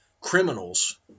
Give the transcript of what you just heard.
criminals